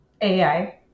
AI